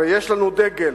הרי יש לנו דגל.